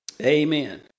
Amen